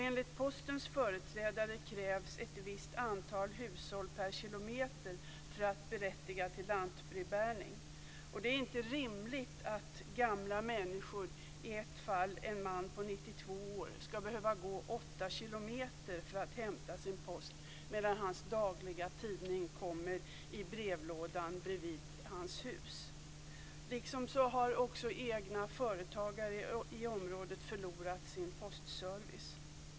Enligt Postens företrädare krävs ett visst antal hushåll per kilometer för att berättiga till lantbrevbäring. Det är inte rimligt att, som i ett fall, en man på 92 år ska behöva gå åtta kilometer för att hämta sin post medan hans dagliga tidning kommer i brevlådan bredvid huset. Egna företagare i området har också förlorat sin postservice.